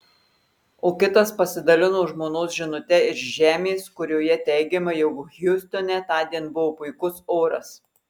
o kitas pasidalino žmonos žinute iš žemės kurioje teigiama jog hjustone tądien buvo puikus oras